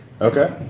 Okay